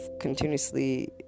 continuously